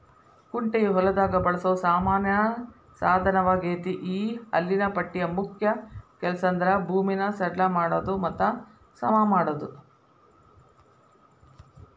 ಕುಂಟೆಯು ಹೊಲದಾಗ ಬಳಸೋ ಸಾಮಾನ್ಯ ಸಾದನವಗೇತಿ ಈ ಹಲ್ಲಿನ ಪಟ್ಟಿಯ ಮುಖ್ಯ ಕೆಲಸಂದ್ರ ಭೂಮಿನ ಸಡ್ಲ ಮಾಡೋದು ಮತ್ತ ಸಮಮಾಡೋದು